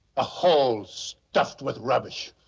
a hole stuffed with rubbish.